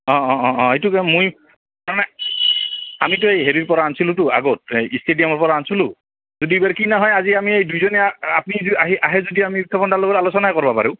অঁ অঁ অঁ অঁ এইটো মই তাৰ মানে আমিতো এই হেৰিৰ পৰা আনিছিলোঁতো আগত ষ্টেডিয়ামৰ পৰা আনিছিলোঁ যদি এইবাৰ কিনা হয় আজি আমি এই দুইজনে আপুনি আজি আহি আহে যদি আমি তপন দাৰ লগত আলোচনাই কৰিব পাৰোঁ